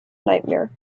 nightmare